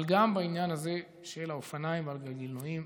אבל בעניין הזה של האופניים והגלגינועים,